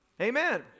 Amen